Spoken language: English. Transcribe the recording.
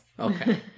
okay